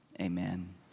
amen